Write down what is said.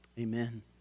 Amen